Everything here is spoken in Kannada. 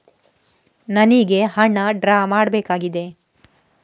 ನನಿಗೆ ಹಣ ಡ್ರಾ ಮಾಡ್ಬೇಕಾಗಿದೆ